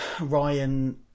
Ryan